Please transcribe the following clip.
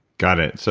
got it. so